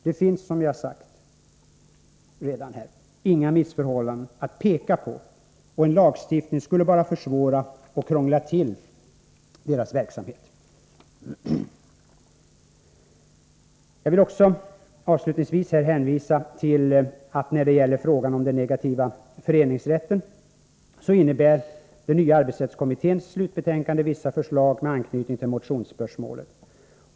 Det finns, som jag redan har sagt, inga missförhållanden att peka på, och en lagstiftning skulle bara försvåra och krångla till verksamheten. Beträffande den negativa föreningsrätten vill jag avslutningsvis framhålla att den nya arbetsrättskommitténs slutbetänkande innehåller vissa förslag med anknytning till motionsspörsmålet.